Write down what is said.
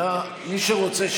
מי שרוצה,